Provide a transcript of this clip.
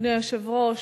אדוני היושב-ראש,